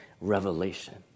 revelation